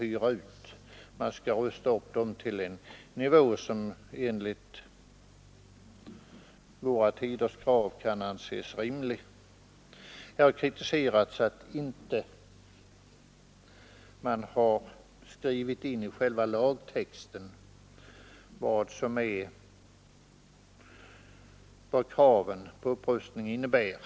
Hyresvärden skall rusta upp dem till en nivå, som enligt våra tiders krav kan anses rimlig. Det har kritiserats att man inte i själva lagtexten skrivit in vad kraven på upprustning innebär.